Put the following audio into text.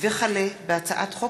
הצעת חוק